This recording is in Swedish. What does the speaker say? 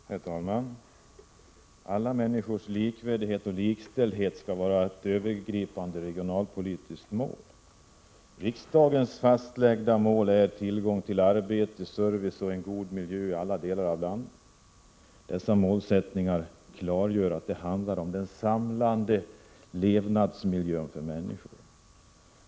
Herr talman! Alla människors likvärdighet och likställdhet skall vara ett övergripande regionalpolitiskt mål. Riksdagens fastlagda mål är tillgång till arbete, service och en god miljö i alla delar av landet. Dessa målsättningar klargör att det handlar om den samlade levnadsmiljön för människor.